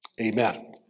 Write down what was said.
amen